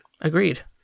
Agreed